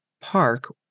park